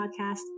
podcast